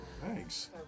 Thanks